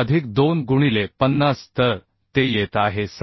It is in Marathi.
अधिक 2 गुणिले 50 तर ते येत आहे 6